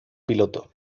piloto